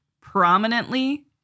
prominently